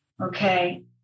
okay